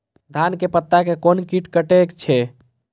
धान के पत्ता के कोन कीट कटे छे?